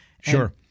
Sure